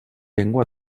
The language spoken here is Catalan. llengua